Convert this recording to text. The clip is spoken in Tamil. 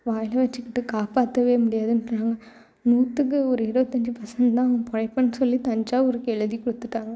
வாயில் வெச்சுக்கிட்டு காப்பாற்றவே முடியாதுன்ட்டாங்க நூற்றுக்கு ஒரு இருபத்தஞ்சி பெர்செண்ட் தான் பிழைப்பான் சொல்லி தஞ்சாவூருக்கு எழுதிக் கொடுத்துட்டாங்க